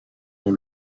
dans